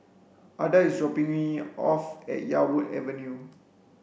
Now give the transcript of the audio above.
Adah is dropping me off at Yarwood Avenue